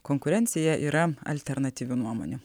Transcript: konkurencija yra alternatyvių nuomonių